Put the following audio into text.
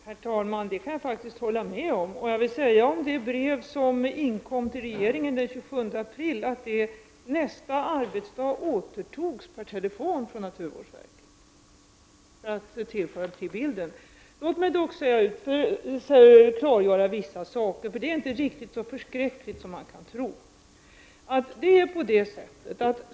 Herr talman! Det kan jag faktiskt hålla med om. Om det brev som inkom till regeringen den 26 april kan jag meddela att det nästa arbetsdag återtogs per telefon från naturvårdsverket. Detta skall läggas till bilden. Låt mig dock klargöra vissa saker — det är inte riktigt så förskräckligt som man kan tro.